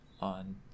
on